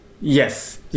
Yes